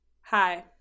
Hi